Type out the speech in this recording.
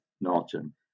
Norton